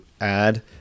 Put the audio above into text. add